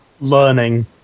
learning